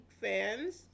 fans